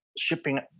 shipping